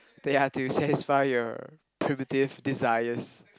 they are to satisfy your primitive desires